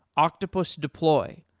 octopus deploy,